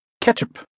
Ketchup